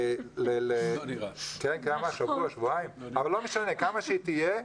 כמה שהיא תהיה,